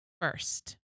first